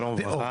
שלום וברכה.